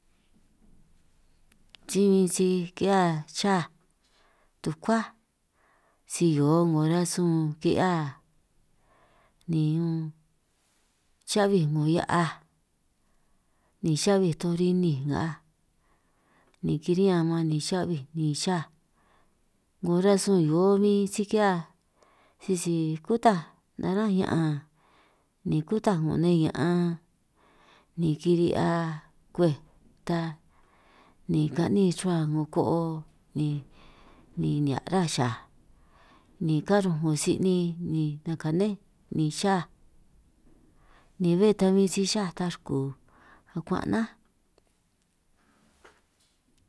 Si huin si ki'hiaj xaj tukuáj si hioo 'ngo rasun ki'hia ni unn, xa'huij 'ngo hia'aj ni xa'huij toj rininj nngaj ni kiri'ñan man ni xa'huij ni xaj, 'ngo rasun hioo min si ki'hia sisi kutaj narán' ña'an ni kutaj 'ngo nne ña'an, ni kiri'hia kwej ta ni ka'nín ruhua 'ngo ko'o ni ni nihia' xaj, ni karunj 'ngo si'nin ni ka'anj kane ni xaj ni bé ta huin si xaj ta ruku akuan' 'naj.